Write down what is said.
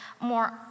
more